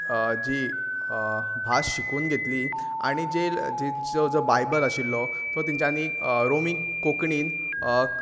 कोंकणी जी भास शिकून घेतली आनी जे जो बायबल आशिल्लो तो तिच्यांनी रोमी कोंकणीन